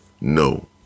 No